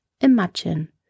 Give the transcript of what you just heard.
imagine